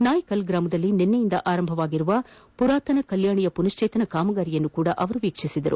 ನಾಯ್ಕಲ್ ಗ್ರಾಮದಲ್ಲಿ ನಿನ್ನೆಯಿಂದ ಆರಂಭಗೊಂಡಿರುವ ಮರಾತನ ಕಲ್ಪಾಣಿಯ ಮನಶ್ವೇತನ ಕಾಮಗಾರಿಯನ್ನೂ ಅವರು ವೀಕ್ಷಿಸಿದರು